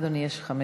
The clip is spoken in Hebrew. אדוני, יש חמש דקות.